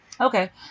Okay